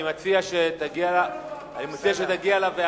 אני מציע שתגיע לוועדה